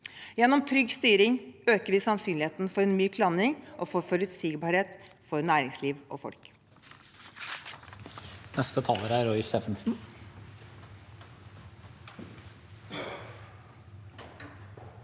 Gjennom trygg styring øker vi sannsynligheten for en myk landing og for forutsigbarhet for næringsliv og folk.